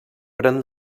pren